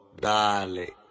dale